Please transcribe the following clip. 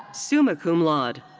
summa cum laude.